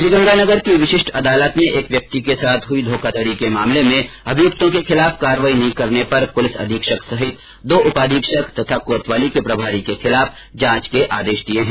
श्रीगंगानगर की विशिष्ट अदालत ने एक व्यक्ति के साथ हुई धोखाधड़ी के मामले में अभियुक्तों के खिलाफ कार्रवाई नहीं करने पर पुलिस अधीक्षक सहित दो उपाधीक्षक तथा कोतवाली के प्रभारी के खिलाफ जांच के आदेश दिए है